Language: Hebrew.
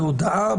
בהודעה,